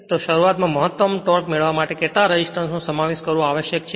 તો શરૂઆતમાં મહત્તમ ટોર્ક મેળવવા માટે કેટલા રેસિસ્ટન્સ નો સમાવેશ કરવો આવશ્યક છે